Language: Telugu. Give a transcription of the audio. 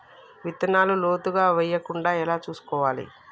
విత్తనాలు లోతుగా వెయ్యకుండా ఎలా చూసుకోవాలి?